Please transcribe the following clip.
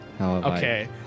Okay